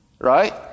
Right